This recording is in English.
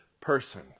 person